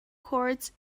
courts